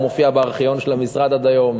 הוא מופיע בארכיון של המשרד עד היום,